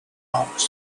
marx